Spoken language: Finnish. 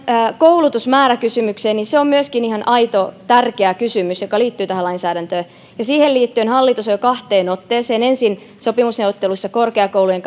koulutusmääräkysymykseen myöskin se on aito tärkeä kysymys joka liittyy tähän lainsäädäntöön siihen liittyen hallitus on jo kahteen otteeseen panostanut ensin sopimusneuvotteluissa korkeakoulujen